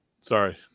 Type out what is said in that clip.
Sorry